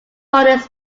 honors